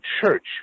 church